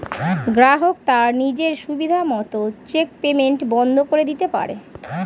গ্রাহক তার নিজের সুবিধা মত চেক পেইমেন্ট বন্ধ করে দিতে পারে